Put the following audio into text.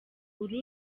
uru